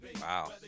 Wow